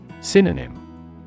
Synonym